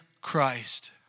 Christ